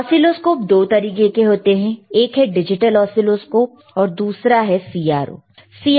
oscilloscope दो तरीके के होते हैं एक है डिजिटल ऑसीलोस्कोप और दूसरा है CRO